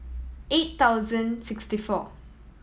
eight thousand sixty four